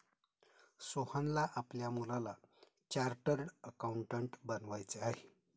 सोहनला आपल्या मुलाला चार्टर्ड अकाउंटंट बनवायचे आहे